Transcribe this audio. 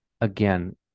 again